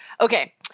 Okay